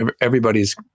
everybody's